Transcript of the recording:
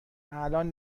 الان